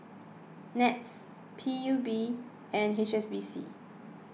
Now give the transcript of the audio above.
NETS P U B and H S B C